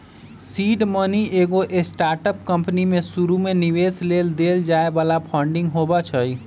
seed money एगो startup company में शुरुमे निवेश लेल देल जाय बला फंडिंग होइ छइ